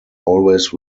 always